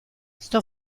sto